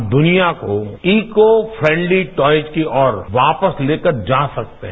हम दुनिया को ईको फ्रेंडली टॉय्स की ओर वापस लेकर जा सकते हैं